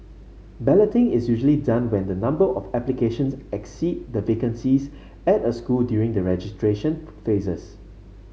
balloting is usually done when the number of applications exceed the vacancies at a school during the registration phases